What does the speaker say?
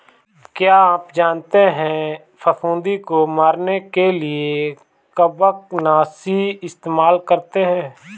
क्या आप जानते है फफूंदी को मरने के लिए कवकनाशी इस्तेमाल करते है?